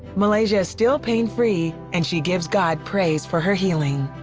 malaysia is still pain-free and she gives god praise for her healing.